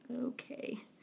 okay